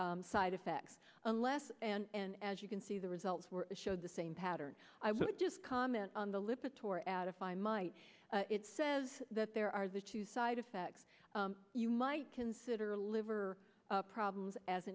side effects unless and as you can see the results were showed the same pattern i would just comment on the lip it tore at if i might it says that there are the two side effects you might consider liver problems as